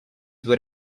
were